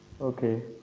Okay